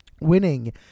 winning